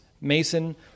Mason